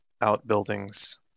outbuildings